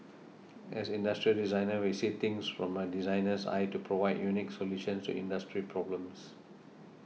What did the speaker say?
as industrial designer we see things from a designer's eye to provide unique solutions to industry problems